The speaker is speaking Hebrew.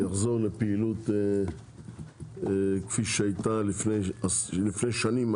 יחזור לפעילות כפי שהייתה לפני שנים.